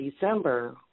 December